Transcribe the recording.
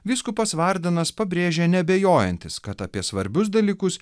vyskupas vardenas pabrėžė neabejojantis kad apie svarbius dalykus